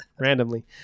randomly